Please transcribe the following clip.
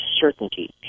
certainty